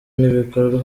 n’ibikorwa